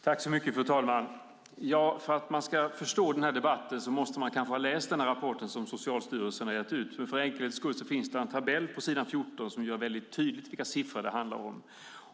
Fru talman! För att man ska förstå den här debatten måste man kanske ha läst den rapport som Socialstyrelsen gett ut. För enkelhets skull finns det en tabell på s. 14 som mycket tydligt klargör vilka siffror det handlar om.